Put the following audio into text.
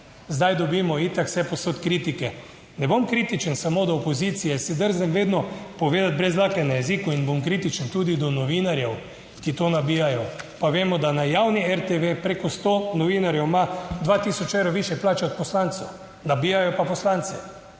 Zdaj, dobimo itak vsepovsod kritike, ne bom kritičen samo do opozicije, si drznem vedno povedati brez dlake na jeziku, in bom kritičen tudi do novinarjev, ki to nabijajo, pa vemo, da na javni RTV preko 100 novinarjev ima 2000 evrov višje plače od poslancev, nabijajo pa poslanci.